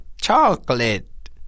chocolate